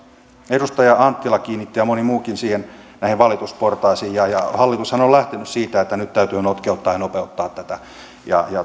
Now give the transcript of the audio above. edustaja anttila ja moni muukin kiinnitti huomion näihin valitusportaisiin hallitushan on on lähtenyt siitä että nyt täytyy notkeuttaa ja nopeuttaa tätä ja